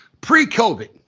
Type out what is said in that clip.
pre-COVID